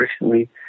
recently